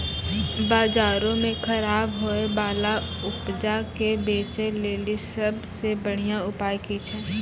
बजारो मे खराब होय बाला उपजा के बेचै लेली सभ से बढिया उपाय कि छै?